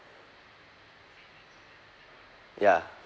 ya